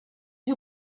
who